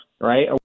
right